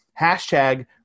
hashtag